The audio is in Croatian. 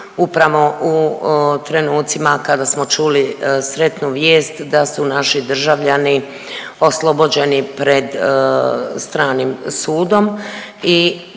upravo u trenucima kada smo čuli sretnu vijest da su naši državljani oslobođeni pred stranim sudom